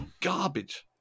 garbage